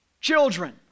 children